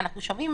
אנחנו שומעים,